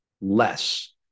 less